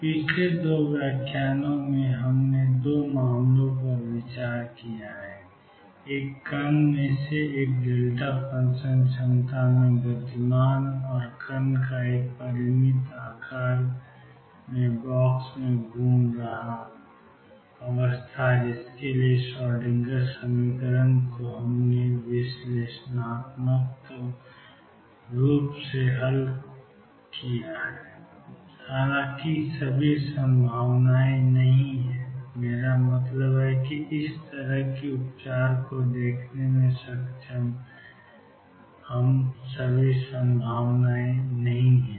पिछले २ व्याख्यानों में हमने २ मामलों पर विचार किया है एक कण में से एक डेल्टा फ़ंक्शन क्षमता में गतिमान और कण एक परिमित आकार के बॉक्स में घूम रहा है जिसके लिए श्रोडिंगर समीकरण को विश्लेषणात्मक रूप से हल किया जा सकता है हालांकि सभी संभावनाएं नहीं हैं मेरा मतलब है कि इस तरह के उपचार को देखने में सक्षम सभी संभावनाएं नहीं हैं